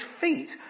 feet